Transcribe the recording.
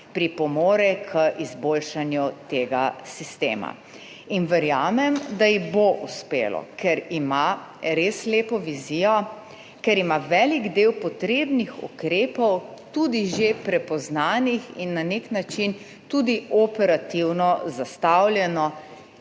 pripomore k izboljšanju tega sistema in verjamem, da ji bo uspelo, ker ima res lepo vizijo, ker ima velik del potrebnih ukrepov tudi že prepoznanih in na nek način tudi operativno zastavljeno.